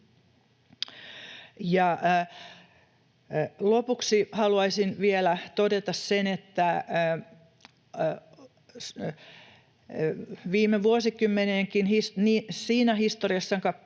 Lopuksi haluaisin vielä todeta sen, että viime vuosikymmenienkin siinä poliittisessa